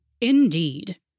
Indeed